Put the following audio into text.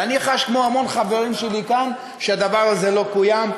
ואני חש כמו המון חברים שלי כאן שהדבר הזה לא קוים,